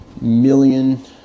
million